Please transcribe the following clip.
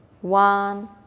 one